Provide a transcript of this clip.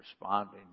responding